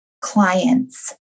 clients